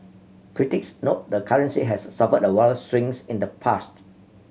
critics note the currency has suffered wild swings in the past